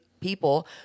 people